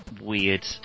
weird